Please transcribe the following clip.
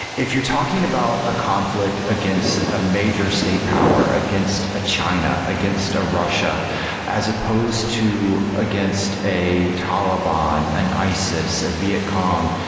if you're talking about a conflict against a major state power, against a china, against a russia as supposed to against a taliban, an isis, a vietcong,